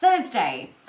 Thursday